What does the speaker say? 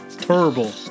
terrible